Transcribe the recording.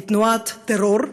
היא תנועת טרור,